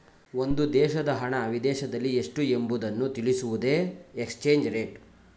ಒಂದು ದೇಶದ ಹಣ ವಿದೇಶದಲ್ಲಿ ಎಷ್ಟು ಎಂಬುವುದನ್ನು ತಿಳಿಸುವುದೇ ಎಕ್ಸ್ಚೇಂಜ್ ರೇಟ್